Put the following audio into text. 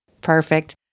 Perfect